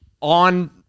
on